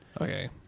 Okay